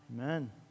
Amen